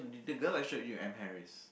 the girl I showed you with M-harris